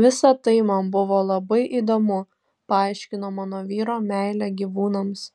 visa tai man buvo labai įdomu paaiškino mano vyro meilę gyvūnams